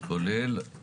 אז אני מאוד מאוד